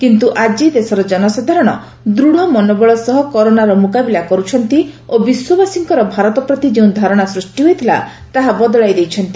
କିନ୍ତୁ ଆଜି ଦେଶର ଜନସାଧାରଣ ଦୃଢ଼ ମନୋବଳ ସହ କରୋନାର ମୁକାବିଲା କରୁଛନ୍ତି ଓ ବିଶ୍ୱବାସୀଙ୍କର ଭାରତ ପ୍ରତି ଯେଉଁ ଧାରଣା ସୃଷ୍ଟି ହୋଇଥିଲା ତାହା ବଦଳାଇ ଦେଇଛନ୍ତି